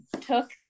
took